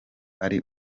ari